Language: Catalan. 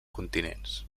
continents